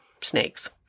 snakes